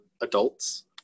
adults